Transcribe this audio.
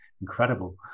Incredible